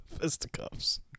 Fisticuffs